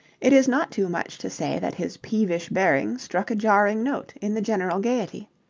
it is not too much to say that his peevish bearing struck a jarring note in the general gaiety.